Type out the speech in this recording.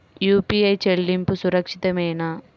UPI చెల్లింపు సురక్షితమేనా?